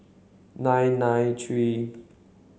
nine nine three